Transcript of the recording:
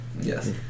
Yes